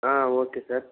okay sir